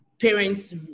Parents